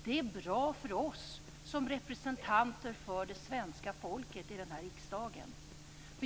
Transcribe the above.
Det är bra för oss som svenska folkets representanter i riksdagen.